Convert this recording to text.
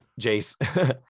jace